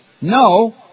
No